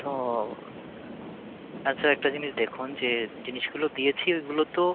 ও আচ্ছা একটা জিনিস দেখুন যে জিনিসগুলো দিয়েছি ওইগুলো তো